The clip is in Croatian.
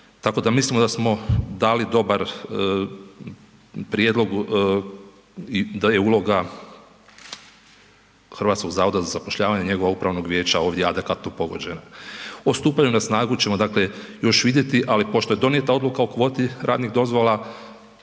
Tako da mislim da smo dali dobar prijedlog i da je uloga HZZ-a i njegovog upravnog vijeća ovdje adekvatno pogođena. O stupanju na snagu ćemo još vidjeti, ali pošto je donijeta odluka o kvoti radnih dozvola